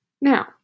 Now